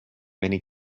many